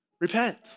Repent